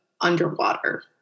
underwater